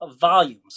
volumes